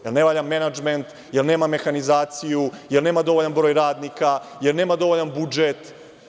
Jer ne valja menadžment, jer nema mehanizaciju, jer nema dovoljan broj radnika, jer nema dovoljan budžet?